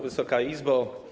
Wysoka Izbo!